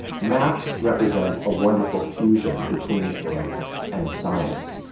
maps represent a wonderful fusion between art and science.